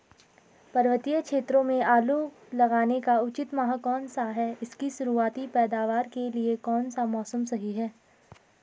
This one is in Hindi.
पर्वतीय क्षेत्रों में आलू लगाने का उचित माह कौन सा है इसकी शुरुआती पैदावार के लिए कौन सा मौसम सही है?